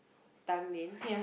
Tanglin